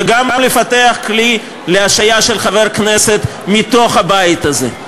וגם לפתח כלי להשעיה של חבר כנסת מתוך הבית הזה.